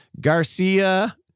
Garcia